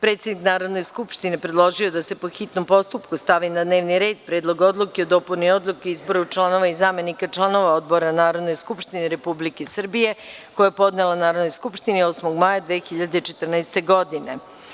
Predsednik Narodne skupštine Maja Gojković je predložila da se po hitnom postupku stavi na dnevni red Predlog Odluke o dopuni Odluke o izboru članova i zamenika članova odbora Narodne skupštine, koji je podnela Narodnoj skupštini 8. maja 2014. godine.